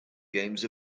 games